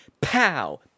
pow